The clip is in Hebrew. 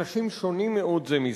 אנשים שונים מאוד זה מזה.